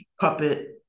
puppet